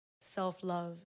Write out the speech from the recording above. self-love